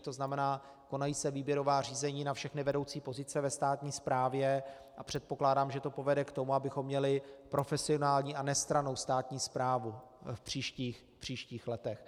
To znamená, konají se výběrová řízení na všechny vedoucí pozice ve státní správě a předpokládám, že to povede k tomu, abychom měli profesionální a nestrannou státní správu v příštích letech.